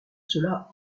cela